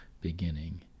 beginning